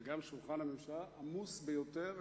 וגם שולחן הממשלה "עמוס" ביותר,